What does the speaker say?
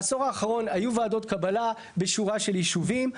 בעשור האחרון היו ועדות קבלה בשורה של ישובים.